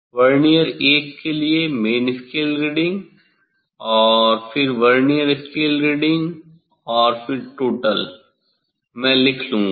vernier 1 के लिए main scale reading और फिर वर्नियर स्केल रीडिंग और फिर टोटल मैं लिख लूंगा